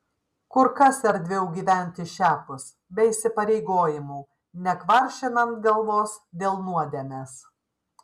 kur kas erdviau gyventi šiapus be įsipareigojimų nekvaršinant galvos dėl nuodėmės